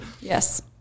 Yes